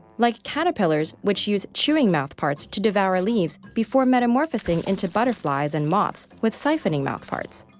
like caterpillars, which use chewing mouthparts to devour leaves before metamorphosing into butterflies and moths with siphoning mouthparts.